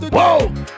Whoa